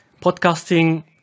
podcasting